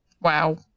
Wow